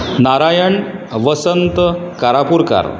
Narayan Vasant Karapurkar